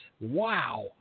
Wow